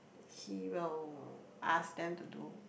he will ask them to do